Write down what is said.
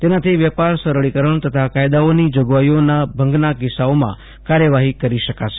તેનાથી વેપાર સરળી કરણ તથા કાયદાની જોગવાઇઓના ભંગના કિ સ્સાઓમાં કા ર્યવાફી કરી શકાશે